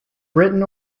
britain